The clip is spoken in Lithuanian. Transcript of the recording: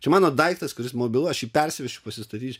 čia mano daiktas kuris mobilus aš jį persivešiu pasistatysiu